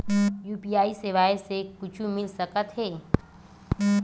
UPI सेवाएं से कुछु मिल सकत हे?